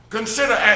Consider